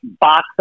box